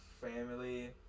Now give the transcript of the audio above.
family